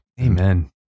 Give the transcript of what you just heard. Amen